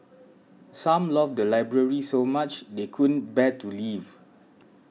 some love the library so much they couldn't bear to leave